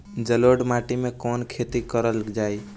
जलोढ़ माटी में कवन खेती करल जाई?